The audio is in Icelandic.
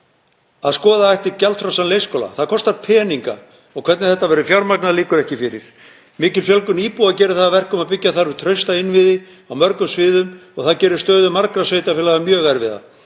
að skoða ætti gjaldfrjálsan leikskóla. Það kostar peninga og hvernig þetta verður fjármagnað liggur ekki fyrir. Mikil fjölgun íbúa gerir það að verkum að byggja þarf upp trausta innviði á mörgum sviðum og það gerir stöðu margra sveitarfélaga mjög erfiða.